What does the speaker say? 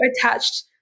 attached